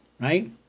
right